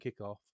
kickoff